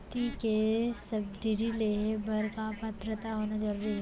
खेती के सब्सिडी लेहे बर का पात्रता होना जरूरी हे?